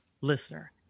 listener